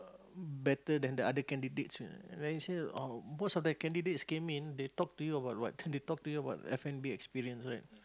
better than the other candidates then he say oh most of the candidates came in they talk to you about what they talk to you about F-and-B experience right